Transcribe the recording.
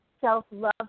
self-love